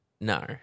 No